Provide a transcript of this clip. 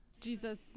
Jesus